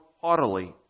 haughtily